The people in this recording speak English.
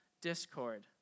discord